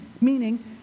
meaning